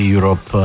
Europe